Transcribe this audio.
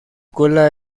cola